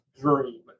dream